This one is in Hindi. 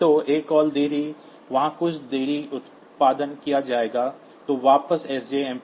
तो acall देरी वहाँ कुछ देरी उत्पादन किया जाएगा तो वापस सजमप